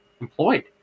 employed